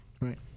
right